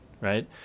right